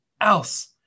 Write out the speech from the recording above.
else